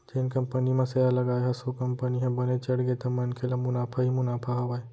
जेन कंपनी म सेयर लगाए हस ओ कंपनी ह बने चढ़गे त मनखे ल मुनाफा ही मुनाफा हावय